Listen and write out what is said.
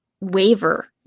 waver